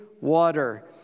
water